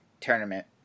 tournament